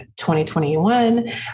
2021